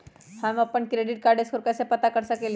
हम अपन credit score कैसे पता कर सकेली?